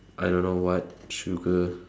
I don't know what sugar